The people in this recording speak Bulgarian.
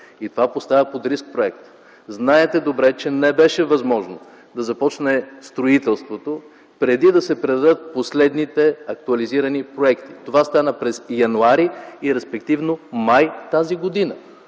и това поставя под риск проекта. Знаете добре, че не беше възможно да започне строителството преди да се предадат последните актуализирани проекти. Това стана през м. януари и респективно през м. май тази година.